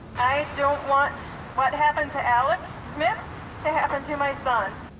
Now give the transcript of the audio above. i don't want what happened to alec smith to happen to my son.